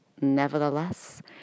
Nevertheless